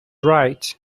right